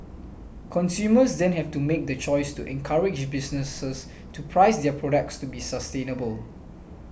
consumers then have to make the choice to encourage businesses to price their products to be sustainable